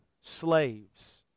slaves